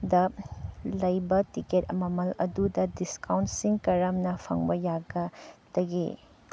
ꯗ ꯂꯩꯕ ꯇꯤꯀꯦꯠ ꯃꯃꯜ ꯑꯗꯨꯗ ꯗꯤꯁꯀꯥꯎꯟꯁꯤꯡ ꯀꯔꯝꯅ ꯐꯪꯕ ꯌꯥꯒꯗꯒꯦ